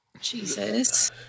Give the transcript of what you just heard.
Jesus